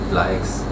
likes